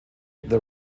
the